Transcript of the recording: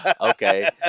Okay